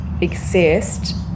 exist